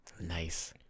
Nice